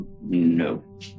No